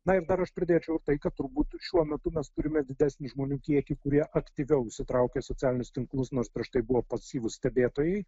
na ir dar aš pridėčiau ir tai kad turbūt šiuo metu mes turime didesnį žmonių kiekį kurie aktyviau įsitraukia į socialinius tinklus nors prieš tai buvo pasyvūs stebėtojai